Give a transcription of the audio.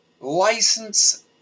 license